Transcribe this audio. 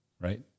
right